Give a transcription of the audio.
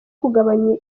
kugabanya